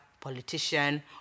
politician